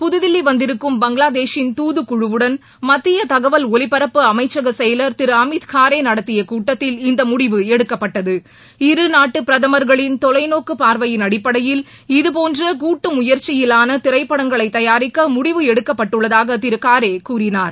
புதுதில்லி வந்திருக்கும் பங்களாதேஷின் தூது குழுவுடன் மத்திய தகவல் ஒலிபரப்பு அமைச்சக செயலர் திரு அமித் காரே நடத்திய கூட்டத்தில் இந்த முடிவு எடுக்கப்பட்டது இரு நாட்டு பிரதமர்களின் தொலைநோக்கு பார்வையின் அடிப்படையில் இதுபோன்ற கூட்டு முயற்சியிலான திரைப்படங்களை தயாரிக்க முடிவு எடுக்கப்பட்டுள்ளதாக திரு காரே கூறினார்